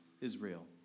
Israel